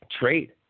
trade